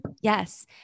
Yes